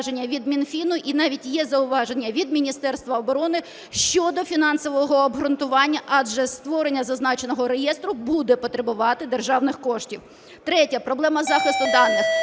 Третє: проблема захисту даних.